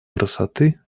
красоты